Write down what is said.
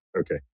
Okay